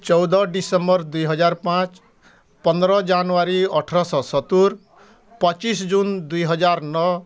ଚଉଦ ଡିସେମ୍ବର ଦୁଇ ହଜାର ପାଞ୍ଚ ପନ୍ଦର ଜାନୁଆରୀ ଅଠରଶହ ସତୁରି ପଚିଶ ଜୁନ ଦୁଇହଜାର ନଅ